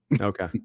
Okay